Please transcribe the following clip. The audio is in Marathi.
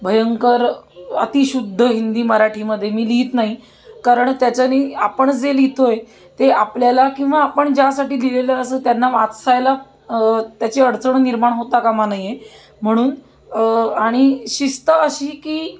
भयंकर अतिशुद्ध हिंदी मराठीमध्ये मी लिहीत नाही कारण त्याच्याने आपण जे लिहितोय ते आपल्याला किंवा आपण ज्यासाठी लिहिलेलं असं त्यांना वाचसायला त्याची अडचण निर्माण होता कामा नाये म्हणून आणि शिस्त अशी की